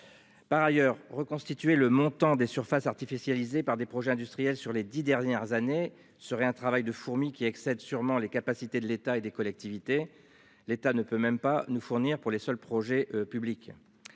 Par ailleurs reconstituer le montant des surfaces artificialisées par des projets industriels, sur les 10 dernières années serait un travail de fourmi qui excède sûrement les capacités de l'État et des collectivités, l'État ne peut même pas nous fournir pour les seuls projets publics.